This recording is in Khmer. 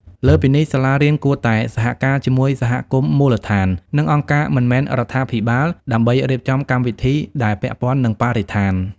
លើសពីនេះ សាលារៀនគួរតែសហការជាមួយសហគមន៍មូលដ្ឋាន និងអង្គការមិនមែនរដ្ឋាភិបាលដើម្បីរៀបចំកម្មវិធីដែលពាក់ព័ន្ធនឹងបរិស្ថាន។